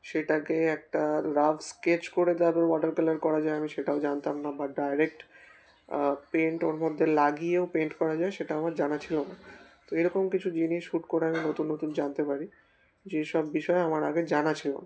সেটাকে একটা rough sketch করে তারপর ওয়াটার কালার করা যায় আমি সেটাও জানতাম না বা ডাইরেক্ট পেইন্ট ওর মধ্যে লাগিয়েও পেইন্ট করা যায় সেটা আমার জানা ছিল না তো এরকম কিছু জিনিস শ্যুট করার নতুন নতুন জানতে পারি যে সব বিষয়ে আমার আগে জানা ছিল না